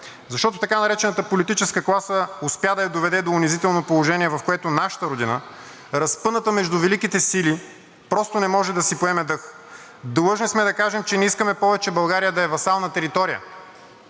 Защото така наречената политическа класа успя да я доведе до унизително положение, в което нашата родина, разпъната между Великите сили, просто не може да си поеме дъх. Длъжни сме да кажем, че не искаме повече България да е васална територия,